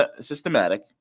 systematic